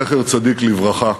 זכר צדיק לברכה,